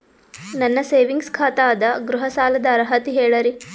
ನನ್ನ ಸೇವಿಂಗ್ಸ್ ಖಾತಾ ಅದ, ಗೃಹ ಸಾಲದ ಅರ್ಹತಿ ಹೇಳರಿ?